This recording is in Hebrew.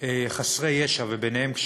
אלימות כנגד חסרי ישע,